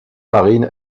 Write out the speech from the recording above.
marine